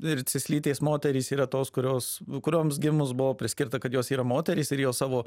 ir cislytės moterys yra tos kurios kurioms gimus buvo priskirta kad jos yra moterys ir jos savo